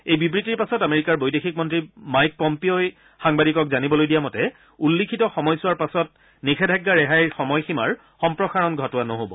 এই বিবৃতিৰ পাছত আমেৰিকাৰ বৈদেশিক মন্ত্ৰী মাইক পম্পিঅই সাংবাদিকক জানিবলৈ দিয়া মতে উল্লিখিত সময়ছোৱাৰ পাছত নিষেধাজ্ঞা ৰেহাইৰ সময়সীমাৰ সম্প্ৰসাৰণ ঘটোৱা নহব